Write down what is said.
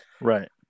Right